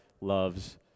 loves